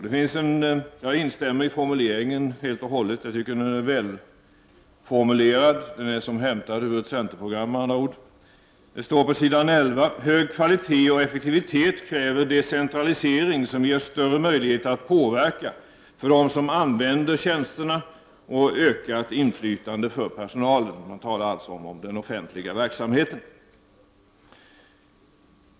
Jag instämmer helt i den åsyftade formuleringen — avsnittet är mycket välformulerat och skulle kunna vara hämtat ur ett centerprogram. Jag åsyftar formuleringen: ”Hög kvalitet och effektivitet kräver decentralisering som ger större möjligheter att påverka för dem som använder tjänsterna och ökat inflytande för personalen.” Det talas alltså om den offentliga verksamheten.